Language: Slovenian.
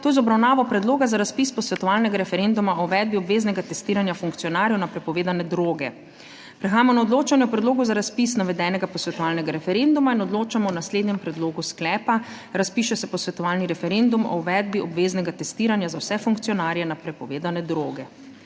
to je z obravnavo Predloga za razpis posvetovalnega referenduma o uvedbi obveznega testiranja funkcionarjev na prepovedane droge.** Prehajamo na odločanje o predlogu za razpis navedenega posvetovalnega referenduma in odločamo o naslednjem predlogu sklepa: Razpiše se posvetovalni referendum o uvedbi obveznega testiranja za vse funkcionarje na prepovedane roge.